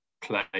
play